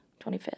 25th